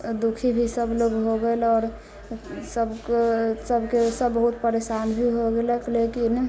दुखी भी सब लोक हो गेल आओर सब सबके सब बहुत परेशान भी हो गेलक लेकिन